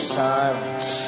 silence